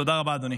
תודה רבה אדוני.